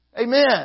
Amen